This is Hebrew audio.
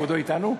כבודו אתנו?